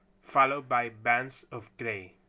followed by bands of gray,